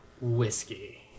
whiskey